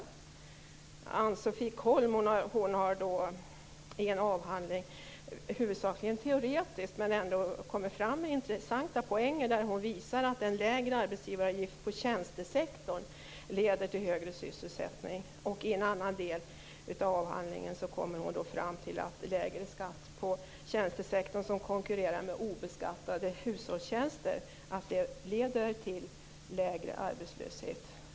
Det är Ann-Sofie Kolm som har skrivit en avhandling som huvudsakligen är teoretisk, men som ändå kommer fram med intressanta poänger. Hon visar att lägre arbetsgivaravgift på tjänstesektorn leder till högre sysselsättning. I en annan del av avhandlingen kommer hon fram till att lägre skatt på tjänstesektorn som konkurrerar med obeskattade hushållstjänster leder till lägre arbetslöshet.